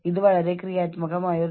അത് ഒരു വ്യക്തിയുടെ പ്രതികരണമാണ്